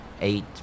eight